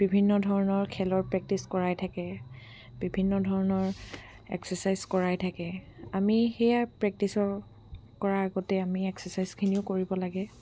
বিভিন্ন ধৰণৰ খেলৰ প্ৰেক্টিছ কৰাই থাকে বিভিন্ন ধৰণৰ এক্সাৰচাইজ কৰাই থাকে আমি সেয়া প্ৰেক্টিচৰ কৰাৰ আগতে আমি এক্সাৰচাইজখিনিও কৰিব লাগে